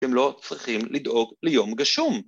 ‫אתם לא צריכים לדאוג ליום גשום.